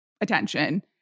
attention